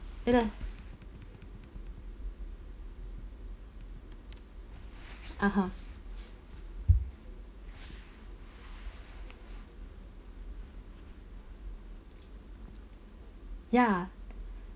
(uh huh) ya